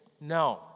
No